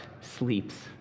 sleeps